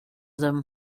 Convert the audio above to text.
them